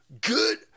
Good